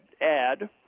add